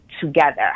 together